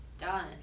done